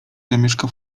zamieszka